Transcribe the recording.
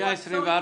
ליצור אתו קשר.